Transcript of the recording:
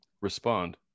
Respond